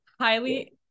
highly